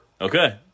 Okay